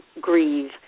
grieve